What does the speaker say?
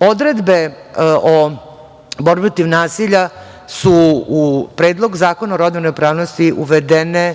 o borbi protiv nasilja su u Predlog zakona o rodnoj ravnopravnosti uvedene